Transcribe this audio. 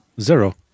Zero